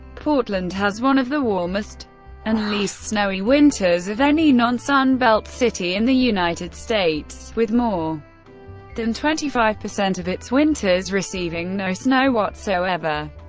portland has one of the warmest and least snowy winters of any non-sun belt city in the united states, with more than twenty five percent of its winters receiving no snow whatsoever.